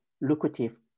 lucrative